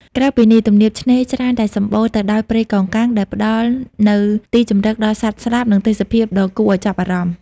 ក្រៅពីនេះ ទំនាបឆ្នេរច្រើនតែសំបូរទៅដោយព្រៃកោងកាង ដែលផ្តល់នៅទីជម្រកដល់សត្វស្លាប និងទេសភាពដ៏គួរឲ្យចាប់អារម្មណ៏។